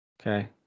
Okay